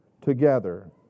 together